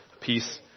peace